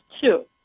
two